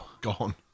Gone